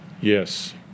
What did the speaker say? Yes